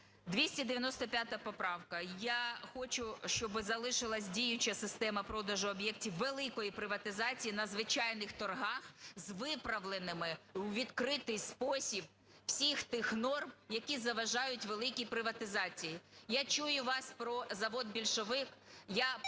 295 поправка. Я хочу, щоби залишилася діюча система продажу об'єктів великої приватизації на звичайних торгах з виправленими у відкритий спосіб всіх тих норм, які заважають великій приватизації. Я чую вас про завод "Більшовик".